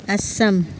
Assam